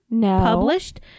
published